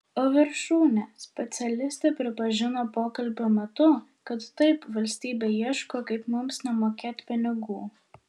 o viršūnė specialistė pripažino pokalbio metu kad taip valstybė ieško kaip mums nemokėt pinigų